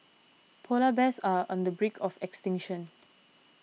Polar Bears are on the break of extinction